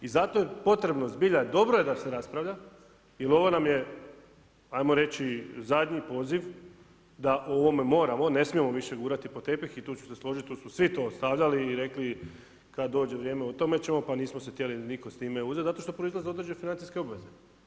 I zato je potrebno zbilja, i dobro je da se raspravlja jer ovo nam je ajmo reći zadnji poziv da o ovome moramo, ne smijemo više gurati pod tepih i tu ću se složiti tu su svi to stavljali i rekli kad dođe vrijeme o tome ćemo pa nismo se nitko htjeli s time, zato što proizlaze određene financijske obveze.